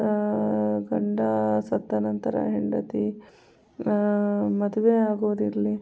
ಗಂಡ ಸತ್ತ ನಂತರ ಹೆಂಡತಿ ಮದುವೆಯಾಗೋದಿರಲಿ